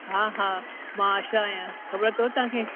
हा हा मां आशा आहियां ख़बरु अथव तव्हांखे